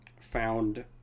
found